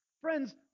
Friends